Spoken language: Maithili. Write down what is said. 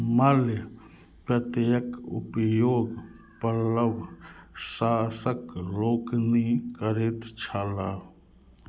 मल्य प्रत्येक उपयोग पल्लव शासक लोकनि करैत छलाह